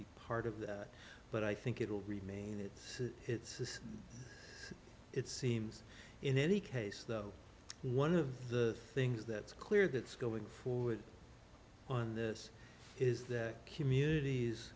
be part of that but i think it will remain that it says it seems in any case though one of the things that's clear that's going forward on this is that communities